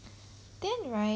then right